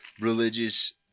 Religious